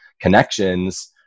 connections